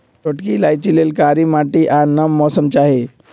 छोटकि इलाइचि लेल कारी माटि आ नम मौसम चाहि